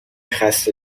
خسته